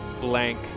blank